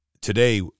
Today